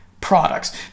products